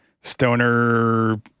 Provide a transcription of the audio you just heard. stoner